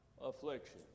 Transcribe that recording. affliction